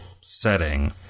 setting